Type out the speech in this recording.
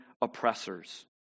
oppressors